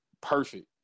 perfect